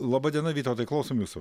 laba diena vytautai klausom jūsų